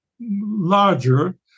larger